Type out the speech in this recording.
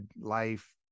life